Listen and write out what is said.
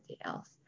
else